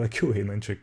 akių einančioj